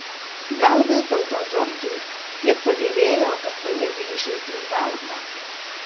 gal vis dėlto džordžui tiek pagerėjo kad pajėgė išeiti į darbą